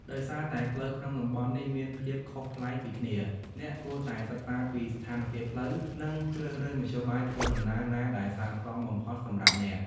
ដោយសារតែផ្លូវក្នុងតំបន់នេះមានភាពខុសប្លែកពីគ្នា អ្នកគួរតែសិក្សាពីស្ថានភាពផ្លូវ និងជ្រើសរើសមធ្យោបាយធ្វើដំណើរណាដែលស័ក្តិសមបំផុតសម្រាប់អ្នក។